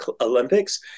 Olympics